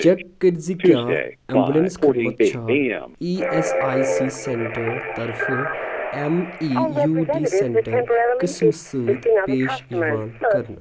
check کٔرزِ کیٛاہ ambulance خٔدمت چھا E S I C centre طرفہٕ M E U D centre قٕسمہٕ سۭتۍ پیش یِوان کرنہٕ